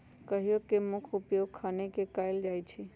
backhoe के मुख्य उपयोग खने के लेल कयल जाइ छइ